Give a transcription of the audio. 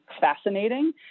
fascinating